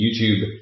YouTube